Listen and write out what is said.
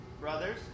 brothers